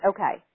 Okay